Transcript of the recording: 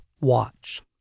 watch